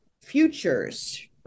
futures